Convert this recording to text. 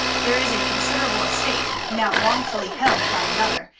there is a considerable estate, now wrongfully held by another,